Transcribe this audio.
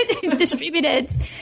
distributed